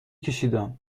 کشیدم